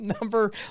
number